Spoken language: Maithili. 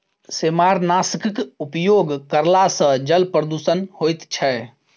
सेमारनाशकक उपयोग करला सॅ जल प्रदूषण होइत छै